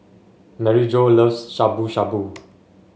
Maryjo loves Shabu Shabu